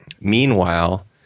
meanwhile